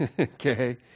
okay